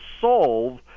solve